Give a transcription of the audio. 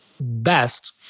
best